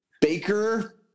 Baker